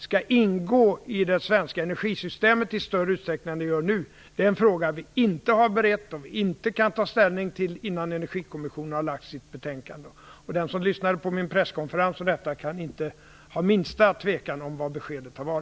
skall ingå i det svenska energisystemet i större utsträckning än nu är en fråga vi inte har berett och inte kan ta ställning till innan energikommissionen har lagt sitt betänkande. Den som lyssnade på min presskonferens om detta kan inte hysa minsta tvivel om vad beskedet var.